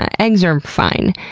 ah eggs are and fine.